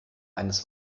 eines